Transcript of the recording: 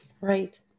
Right